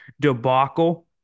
debacle